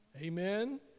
Amen